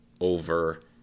over